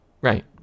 Right